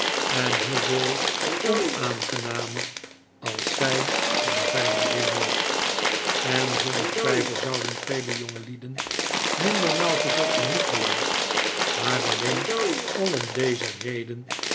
en hoeveel onaangenamer als zij zijn vijandin was en zonder twijfel zouden vele jongelieden minder nauwgezet dan nikolaas haar alleen al om daze reden